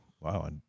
wow